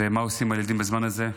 ומה עושים עם הילדים בזמן הזה?